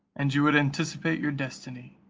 and you would anticipate your destiny.